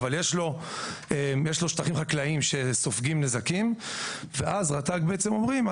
אבל יש לו שטחים חקלאיים שסופגים נזקים ואז רט"ג בעצם אומרים,